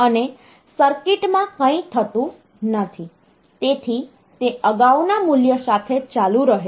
અને સર્કિટમાં કંઈ થતું નથી તેથી તે અગાઉના મૂલ્ય સાથે ચાલુ રહે છે